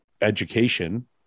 education